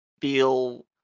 feel